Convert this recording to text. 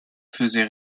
faisait